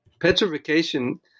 Petrification